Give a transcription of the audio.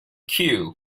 cue